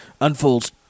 Unfolds